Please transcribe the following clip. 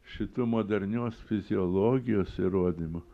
šitų modernios fiziologijos įrodymų